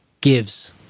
gives